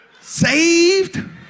saved